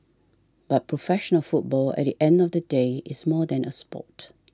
but professional football at the end of the day is more than a sport